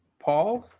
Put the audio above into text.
paul.